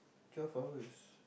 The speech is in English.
twelve hours